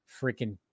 Freaking